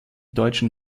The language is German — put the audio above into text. deutschen